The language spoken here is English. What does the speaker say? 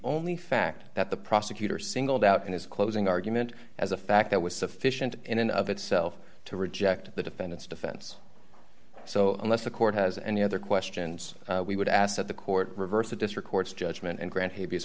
only fact that the prosecutor singled out in his closing argument as a fact that was sufficient in and of itself to reject the defendant's defense so unless the court has any other questions we would ask that the court reverse a district court's judgment and grant